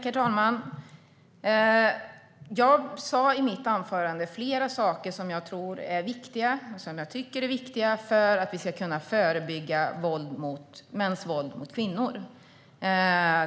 Herr talman! Jag sa i mitt anförande flera saker som jag tror och tycker är viktiga för att vi ska kunna förebygga mäns våld mot kvinnor.